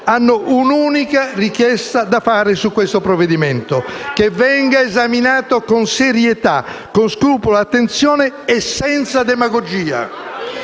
hanno un'unica richiesta da fare su questo provvedimento: che venga esaminato con serietà, con scrupolo, attenzione e senza demagogia.